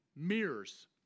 Mirrors